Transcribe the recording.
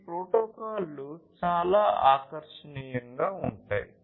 ఈ ప్రోటోకాల్లు చాలా ఆకర్షణీయంగా ఉంటాయి